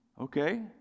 okay